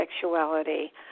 sexuality